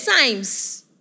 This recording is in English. times